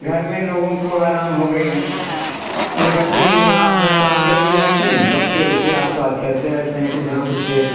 घर में लोगों को आराम हो गई ले बच्चों की माँ अपना काम करती रहती बच्चे उससे आस पास खेलते रहते हैं कुछ न कुछ खेल